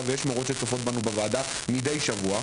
ויש מורות שצופות בוועדה מידי שבוע.